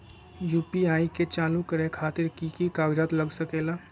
UPI के चालु करे खातीर कि की कागज़ात लग सकेला?